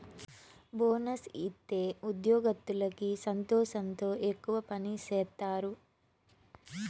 bonus ఇత్తే ఉద్యోగత్తులకి సంతోషంతో ఎక్కువ పని సేత్తారు